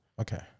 Okay